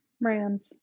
Rams